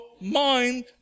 mind